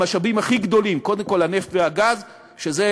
במשאבים הכי גדולים: קודם כול הנפט והגז, כשזה